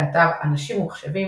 באתר "אנשים ומחשבים",